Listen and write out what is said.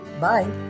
bye